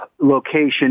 location